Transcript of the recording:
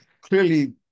clearly